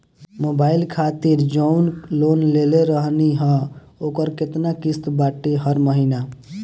Mobile खातिर जाऊन loan लेले रहनी ह ओकर केतना किश्त बाटे हर महिना?